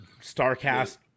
Starcast